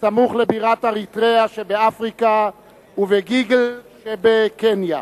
סמוך לבירת אריתריאה שבאפריקה ובגילגיל שבקניה.